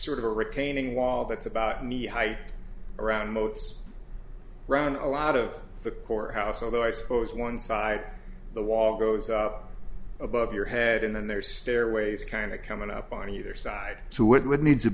sort of a retaining wall that's about knee height around moats round a lot of the court house although i suppose one side of the wall goes up above your head and then there's stairways kind of coming up on either side to what would need to